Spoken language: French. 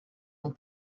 ont